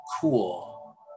cool